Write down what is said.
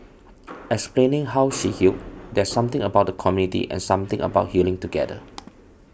explaining how she healed there's something about the community and something about healing together